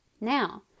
Now